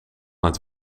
het